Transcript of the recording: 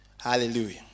Hallelujah